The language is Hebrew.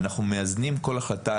ואנחנו מאזנים כל החלטה,